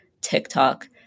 TikTok